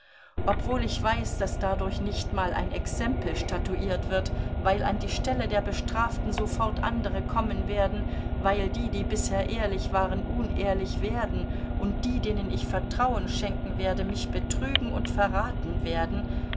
obwohl ich weiß daß dadurch nicht mal ein exempel statuiert wird weil an die stelle der bestraften sofort andere kommen werden weil die die bisher ehrlich waren unehrlich werden und die denen ich vertrauen schenken werde mich betrügen und verraten werden